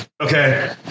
okay